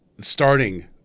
starting